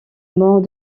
mort